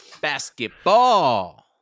basketball